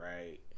right